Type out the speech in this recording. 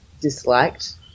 disliked